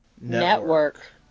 network